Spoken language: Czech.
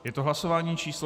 Je to hlasování číslo 267.